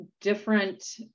different